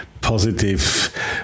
Positive